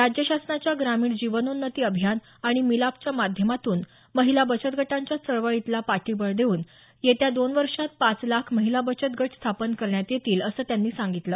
राज्य शासनाच्या ग्रामीण जीवनोन्नती अभियान आणि मिलाप च्या माध्यमातून महिला बचत गटांच्या चळवळीला पाठबळ देऊन येत्या दोन वर्षात पाच लाख महिला बचत गट स्थापन करण्यात येतील असं त्यांनी सांगितलं